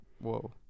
Whoa